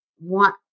want